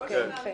אה, באמת?